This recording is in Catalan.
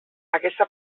aquesta